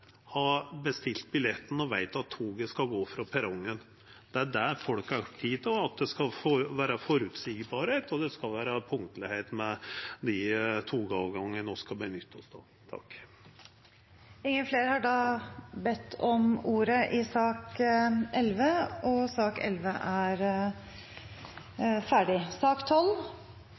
har bestilt billetten og veit at toget skal gå frå perrongen. Det er det folk er opptekne av – at dei togavgangane vi nyttar, skal vera føreseielege og punktlege. Flere har ikke bedt om ordet til sak nr. 11. Etter ønske fra transport- og